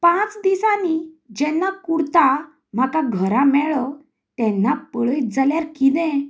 पांच दिसांनी जेन्ना कुर्ता म्हाका घरा मेळ्ळो तेन्ना पळयत जाल्यार कितें